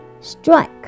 Strike